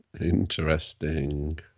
Interesting